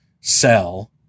sell